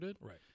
Right